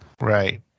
right